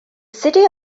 city